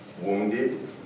wounded